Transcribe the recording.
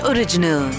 Original